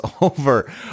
over